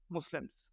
Muslims